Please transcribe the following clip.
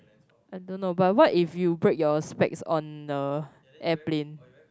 I don't know but what if you break your specs on the airplane